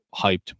hyped